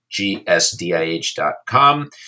gsdih.com